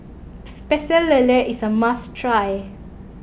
Pecel Lele is a must try